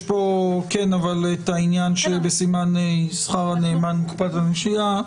כאן את העניין בסימן שכר הנאמן בקופת הנשייה.